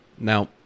Now